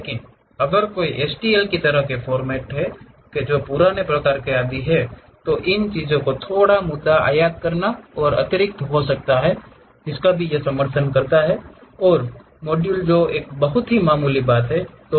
लेकिन अगर कोई STL तरह के फॉर्मेट के पुराने प्रकार का आदी है तो उन चीजों को थोड़ा मुद्दा आयात करना और एक अतिरिक्त हो सकता है समर्थन करता है और मॉड्यूल जो एक बहुत ही मामूली बात है